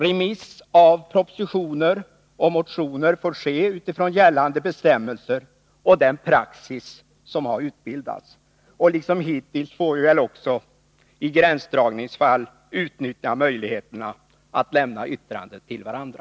Remisser av propositioner och motioner får ske utifrån gällande bestämmelser och den praxis som har utbildats. Liksom hittills får vi väl också i gränsdragningsfall utnyttja möjligheten att lämna yttranden till varandra.